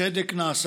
צדק נעשה.